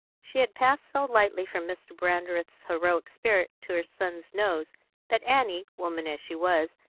she had passed so lightly from mr. brandreth's heroic spirit to her son's nose that annie, woman as she was,